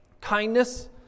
kindness